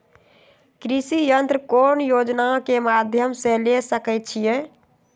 कृषि यंत्र कौन योजना के माध्यम से ले सकैछिए?